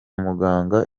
muganga